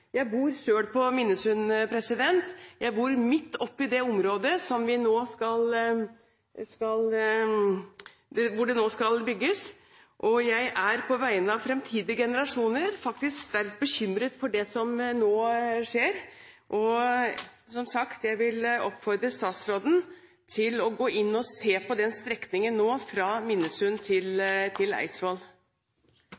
Jeg bor selv på Minnesund, jeg bor mitt oppi dette området hvor det nå skal bygges. Jeg er på vegne av fremtidige generasjoner faktisk sterkt bekymret for det som nå skjer. Som sagt vil jeg oppfordre statsråden til nå å gå inn og se på denne strekningen, fra Minnesund til